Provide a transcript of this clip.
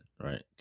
Right